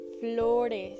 Flores